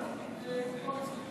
של קבוצת סיעת